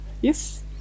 Yes